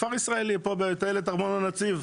כפר ישראלי פה בטיילת ארמון הנציב,